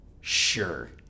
Sure